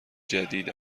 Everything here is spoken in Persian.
جدید